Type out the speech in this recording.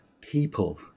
people